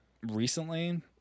recently